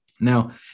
Now